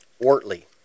Wortley